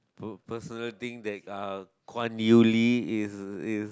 for personal think that uh Kuan-Yew-Lee is is